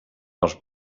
els